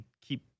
keep –